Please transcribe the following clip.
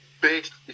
based